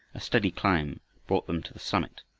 a steady climb brought them to the summit,